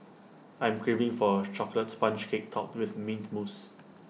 I am craving for A Chocolate Sponge Cake Topped with Mint Mousse